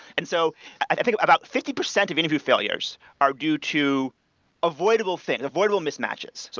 and so i think about fifty percent of interview failures are due to avoidable fit, avoidable mismatches. so